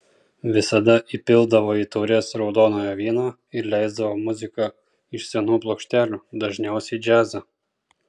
visada įpildavo į taures raudonojo vyno ir leisdavo muziką iš senų plokštelių dažniausiai džiazą